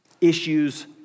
issues